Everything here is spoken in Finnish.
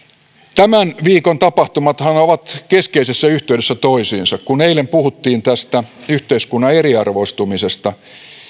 tämän viikon tapahtumathan ovat keskeisessä yhteydessä toisiinsa kun eilen puhuttiin tästä yhteiskunnan eriarvoistumisesta